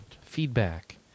feedback